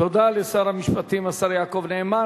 תודה לשר המשפטים, השר יעקב נאמן.